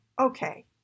okay